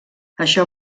això